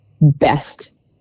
best